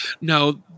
no